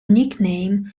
nickname